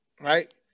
right